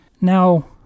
Now